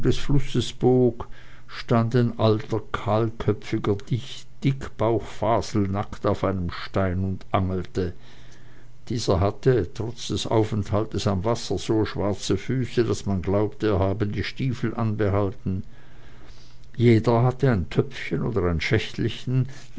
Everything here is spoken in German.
stand ein alter kahlköpfiger dickbauch faselnackt auf einem stein und angelte dieser hatte trotz des aufenthaltes am wasser so schwarze füße daß man glaubte er habe die stiefel anbehalten jeder hatte ein töpfchen oder ein schächtelchen